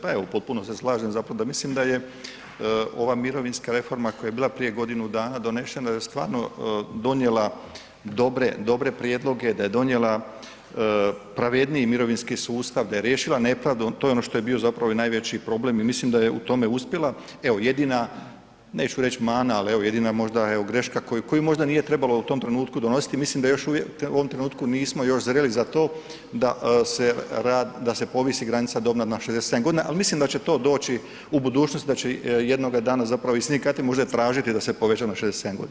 Pa evo, u potpunosti se slažem zapravo mislim da je ova mirovinska reforma koja je bila prije godinu dana donesena je stvarno donijela dobre prijedloge, da je donijela pravedniji mirovinski sustav, da je riješila nepravdu, to je ono što bio zapravo i najveći problem i mislim da je u tome uspjela, evo, jedina, neću reći mana, ali evo jedina možda greška koju možda nije trebalo u tom trenutku donositi, mislim da još uvijek u ovom trenutku nismo još zreli za to da se rad, da se povisi granica dobna na 67 godina, ali mislim da će to doći u budućnosti, da će jednoga dana zapravo i sindikati tražiti da se poveća na 67 godina.